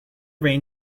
rain